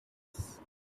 office